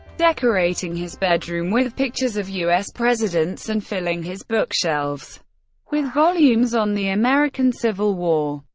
decorating his bedroom with pictures of u s. presidents and filling his bookshelves with volumes on the american civil war.